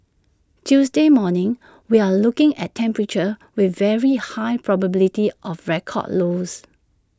Tuesday morning we're looking at temperatures with very high probability of record lows